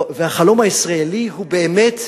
והחלום הישראלי הוא באמת,